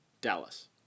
Dallas